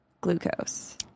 glucose